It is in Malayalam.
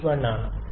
81 ആണ്